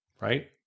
right